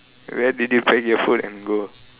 where did you pack your food and go